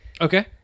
Okay